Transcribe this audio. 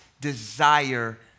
desire